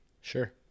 Sure